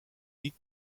niet